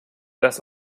das